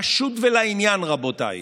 פשוט ולעניין, רבותיי.